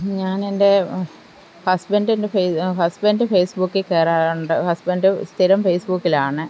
ഞാൻ എന്റെ ഹസ്ബന്റിന്റെ ഫെയ്സ് ഹസ്ബന്റിന്റെ ഫെയ്സ്ബുക്കിൽ കയറാറുണ്ട് ഹസ്ബന്റ് സ്ഥിരം ഫെയ്സ് ബുക്കിലാണ്